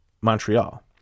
Montreal